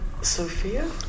Sophia